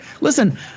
listen